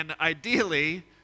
ideally